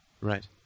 right